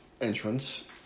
entrance